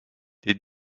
des